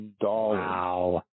Wow